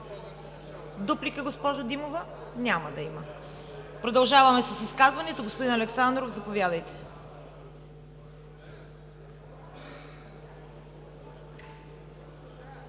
Дуплика, госпожо Димова? Няма да има. Продължаваме с изказванията. Господин Александров, заповядайте.